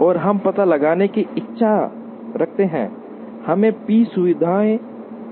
और हम पता लगाने की इच्छा रखते हैं हमें पी सुविधाएं